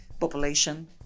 population